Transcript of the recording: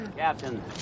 Captain